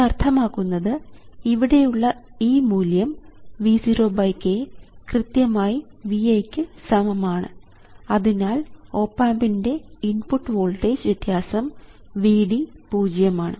ഇത് അർത്ഥമാക്കുന്നത് ഇവിടെയുള്ള ഈ മൂല്യം V 0 k കൃത്യമായി Vi ക്ക് സമമാണ് അതിനാൽ ഓപ് ആമ്പിൻറെ ഇൻപുട്ട് വോൾട്ടേജ് വ്യത്യാസം Vd പൂജ്യമാണ്